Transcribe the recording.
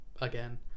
again